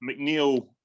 McNeil